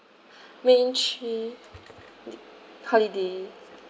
range three holiday